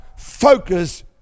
Focus